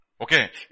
Okay